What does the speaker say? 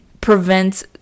prevents